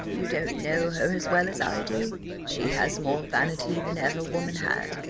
you don't know her as well as i do she has more vanity than ever woman had.